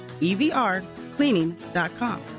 EVRcleaning.com